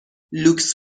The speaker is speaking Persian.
لوکس